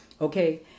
Okay